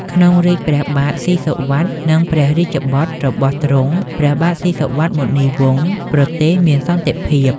ក្នុងរាជ្យព្រះបាទស៊ីសុវត្ថិ និងព្រះរាជបុត្ររបស់ទ្រង់ ព្រះបាទស៊ីសុវត្ថិ មុនីវង្ស ប្រទេសមានសន្តិភាព។